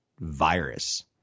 virus